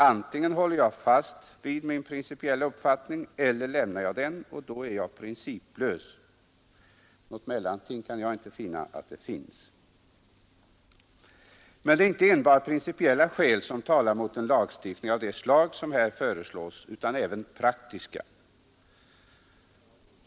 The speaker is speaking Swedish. Antingen håller jag fast vid min principiella uppfattning eller lämnar jag den, och då är jag principlös. Något mellanting finns inte. Men det är inte enbart principiella skäl som talar mot en lagstiftning av det slag som här föreslås utan även praktiska.